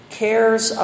cares